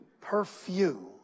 perfume